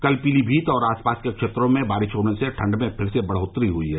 कल पीलीमीत और आस पास के क्षेत्रों में बारिश होने से ठण्ड में फिर से बढ़ोत्तरी हुई है